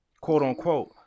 Quote-unquote